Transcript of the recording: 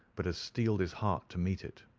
but has steeled his heart to meet it.